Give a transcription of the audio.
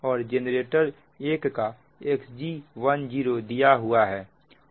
और जेनरेटर 1 का Xg10 दिया हुआ है